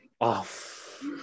Off